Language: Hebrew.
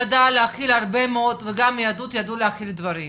ידעה להכיל הרבה מאוד וגם היהדות ידעו להכיל דברים.